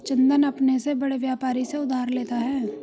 चंदन अपने से बड़े व्यापारी से उधार लेता है